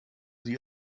sie